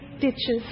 ditches